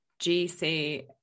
GC